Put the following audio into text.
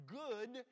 good